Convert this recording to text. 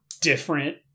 different